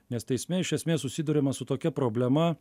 nes teisme iš esmės susiduriama su tokia problema